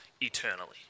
eternally